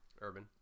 Urban